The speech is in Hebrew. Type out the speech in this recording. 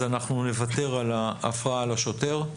אנחנו נוותר על ההפרעה לשוטר.